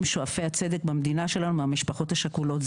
שואפי הצדק במדינה שלנו מהמשפחות השכולות.